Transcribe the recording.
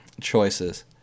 choices